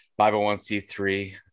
501c3